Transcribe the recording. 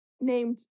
named